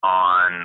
on